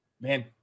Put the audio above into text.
man